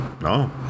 No